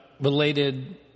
related